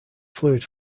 fluid